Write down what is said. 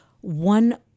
One